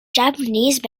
japanese